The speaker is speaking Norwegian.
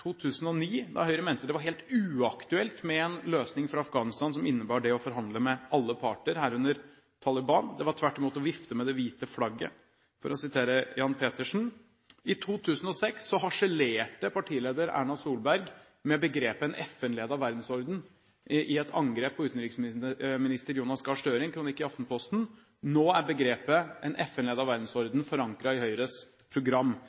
2009, da Høyre mente det var helt uaktuelt med en løsning for Afghanistan som innebar å forhandle med alle parter, herunder Taliban. Det var tvert imot å «vifte med det hvite flagget», for å sitere Jan Petersen. I 2006 harselerte partileder Erna Solberg med begrepet «en FN-ledet verdensorden» i et angrep på utenriksminister Jonas Gahr Støre i en kronikk i Aftenposten. Nå er begrepet «en FN-ledet verdensorden» forankret i Høyres program.